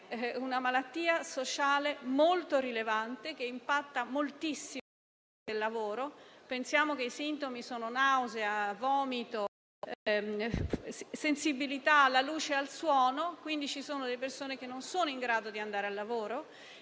una malattia sociale molto rilevante che impatta moltissimo sul mondo del lavoro. Basti pensare che i sintomi sono nausea, vomito, sensibilità alla luce e al suono - quindi ci sono delle persone che non sono in grado di andare al lavoro